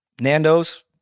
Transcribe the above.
Nando's